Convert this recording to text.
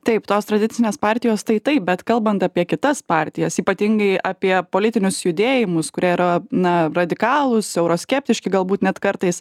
taip tos tradicinės partijos tai taip bet kalbant apie kitas partijas ypatingai apie politinius judėjimus kurie yra na radikalūs euroskeptiški galbūt net kartais